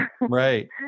Right